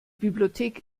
bibliothek